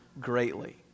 greatly